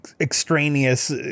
extraneous